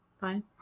Fine